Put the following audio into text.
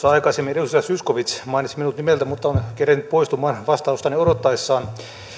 aikaisemmin edustaja zyskowicz mainitsi minut nimeltä mutta on kerinnyt poistumaan vastaustani odottaessaan